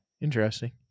Interesting